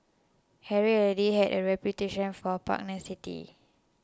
Harry already had a reputation for pugnacity